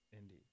Indeed